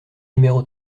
numéro